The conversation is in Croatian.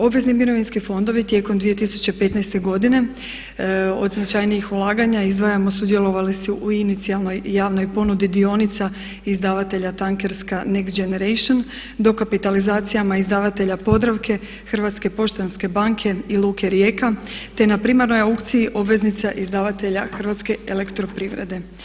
Obvezni mirovinski fondovi tijekom 2015. godine od značajnijih ulaganja izdvajamo sudjelovali su u inicijalnoj javnoj ponudi dionica izdavatelja tankerska Next Generation dokapitalizacijama izdavatelja Podravke, Hrvatske poštanske banke i luke Rijeka te na primarnoj aukciji obveznica izdavatelja Hrvatske elektroprivrede.